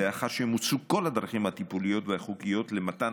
לאחר שמוצו כל הדרכים הטיפוליות והחוקיות למתן